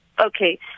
Okay